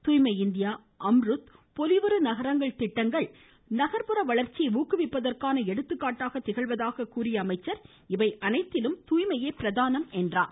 தூய்மை இந்தியா அம்ருத் பொலிவுறு நகரங்கள் திட்டங்கள் நகர்ப்புற வளர்ச்சியை ஊக்குவிப்பதற்கான எடுத்துக்காட்டாக திகழ்வதாக கூறிய அவர் இவை அனைத்திலும் தூய்மையே பிரதானம் என்று கூறினார்